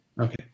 Okay